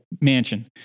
mansion